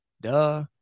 duh